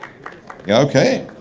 okay,